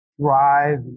drive